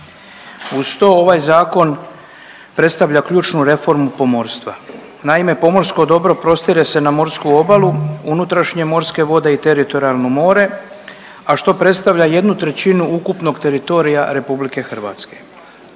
Uz to ovaj zakon predstavlja ključnu reformu pomorstva. Naime, pomorsko dobro prostire se na morsku obalu, unutrašnje morske vode i teritorijalno more, a što predstavlja jednu trećinu ukupnog teritorija Republike Hrvatske.